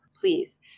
please